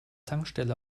tankstelle